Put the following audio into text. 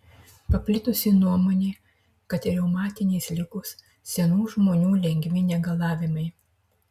paplitusi nuomonė kad reumatinės ligos senų žmonių lengvi negalavimai